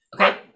Okay